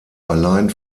allein